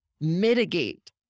mitigate